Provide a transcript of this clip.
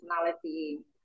personality